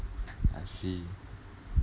I see